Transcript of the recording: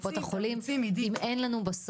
28.12.21 למניינם.